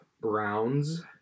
Browns